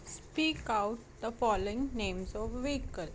speak out the following names of vehicle